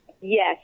Yes